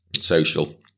social